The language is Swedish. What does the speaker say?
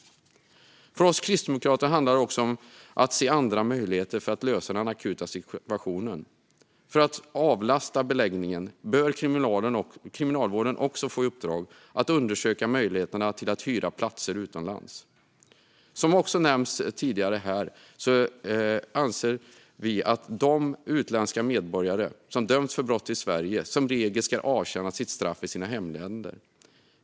För oss kristdemokrater handlar det också om att se andra sätt att lösa den akuta situationen. För att avlasta beläggningen bör Kriminalvården få i uppdrag att undersöka möjligheten att hyra platser utomlands. Som har nämnts tidigare anser vi även att de utländska medborgare som döms för brott i Sverige som regel ska avtjäna sitt straff i hemlandet.